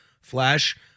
flash